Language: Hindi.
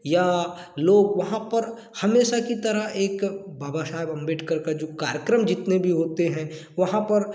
यह लोग वहाँ पर हमेशा की तरह एक बाबा साहेब अंबेडकर का जो कार्यक्रम जितने भी होते हैं वहाँ पर